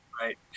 Right